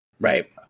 right